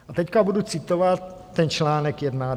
A teď budu citovat ten článek 1 a 2.